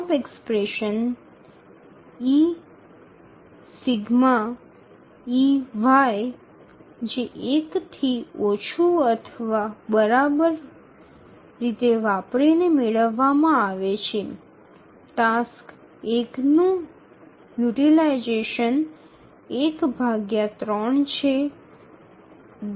જવાબ expression ∑ey≤ 1 વાપરીને મેળવવામાં આવે છે ટાસ્ક 1 નું કારણે યુટીલાઈઝેશન ૧૩ છે